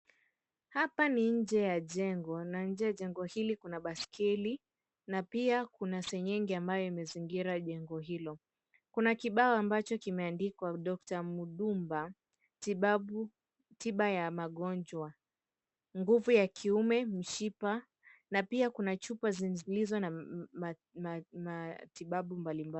Hapa ni nje ya jengo na nje ya jengo hili kuna baiskeli na pia kuna senyenge ambayo imezingira jengo hilo. Kuna kibao ambacho kimeandikwa " dokta Mudumba tibabu tiba ya magonjwa, nguvu ya kiume mshipa", na pia kuna chupa zilizo na matibabu mbalimbali.